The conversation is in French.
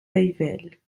ayvelles